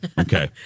Okay